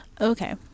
okay